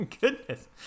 goodness